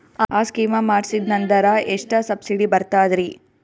ಆ ಸ್ಕೀಮ ಮಾಡ್ಸೀದ್ನಂದರ ಎಷ್ಟ ಸಬ್ಸಿಡಿ ಬರ್ತಾದ್ರೀ?